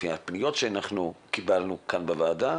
לפי הפניות שקיבלנו כאן בוועדה